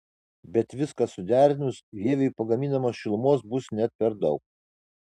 bet viską suderinus vieviui pagaminamos šilumos bus net per daug